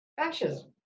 fascism